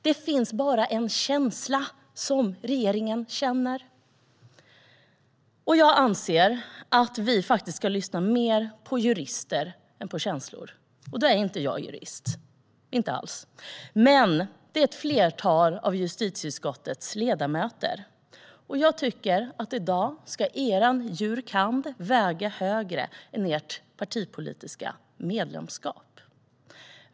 Det finns bara en känsla som regeringen känner. Jag anser att vi faktiskt ska lyssna mer på jurister än på känslor. Jag är inte alls jurist, men ett flertal av justitieutskottets ledamöter är jurister. I dag tycker jag att er jur. kand. väger högre än ert partipolitiska medlemskap.